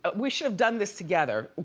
ah we should have done this together,